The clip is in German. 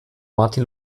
martin